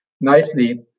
nicely